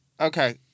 Okay